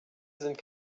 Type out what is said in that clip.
sind